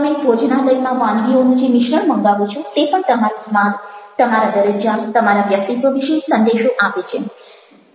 તમે ભોજનાલયમાં વાનગીઓનું જે મિશ્રણ મંગાવો છો તે પણ તમારો સ્વાદ તમારા દરજ્જા તમારા વ્યક્તિત્વ વિશે સંદેશો આપે છે